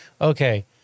Okay